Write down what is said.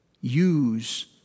use